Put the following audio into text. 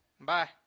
Bye